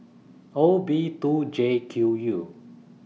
O B two J Q U